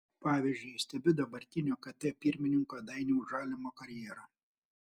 pavyzdžiui stebiu dabartinio kt pirmininko dainiaus žalimo karjerą